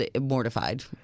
mortified